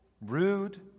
rude